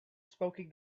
smoking